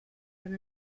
and